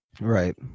Right